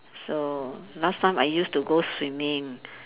so last time I used to go swimming